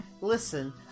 Listen